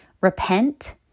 Repent